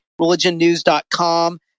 religionnews.com